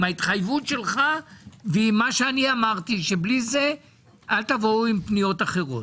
ההתחייבות שלך ועם מה שאמרתי שבלי זה אל תבואו עם פניות אחרות.